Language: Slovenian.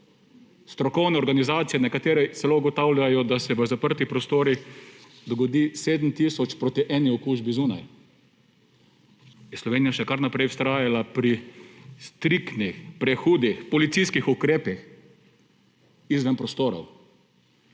strokovne organizacije celo ugotavljajo, da se v zaprtih prostorih dogodi 7 tisoč proti eni okužbi zunaj ‒, je Slovenija še kar naprej vztrajala pri striktni prehudih policijskih ukrepih izven prostorov,